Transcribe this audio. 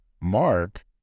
Mark